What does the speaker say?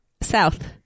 South